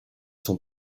son